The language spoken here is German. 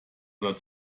oder